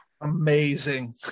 Amazing